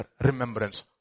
remembrance